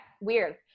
Weird